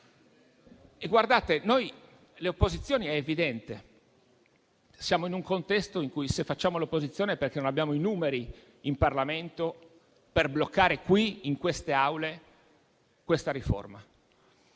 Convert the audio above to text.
che state facendo oggi. È evidente che siamo in un contesto in cui, se facciamo l'opposizione, è perché non abbiamo i numeri in Parlamento per bloccare qui in queste Aule la riforma